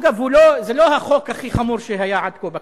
אגב, זה לא החוק הכי חמור שהיה עד כה בכנסת.